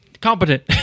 competent